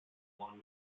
along